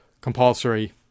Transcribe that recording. compulsory